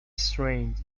strained